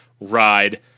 ride